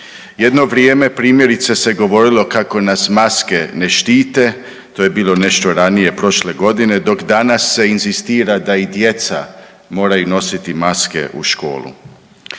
Jedno vrijeme, primjerice se govorilo kako nas maske ne štite, to je bilo nešto ranije prošle godine, dok danas se inzistira da i djeca moraju nositi maske u školu.